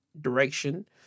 direction